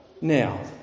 Now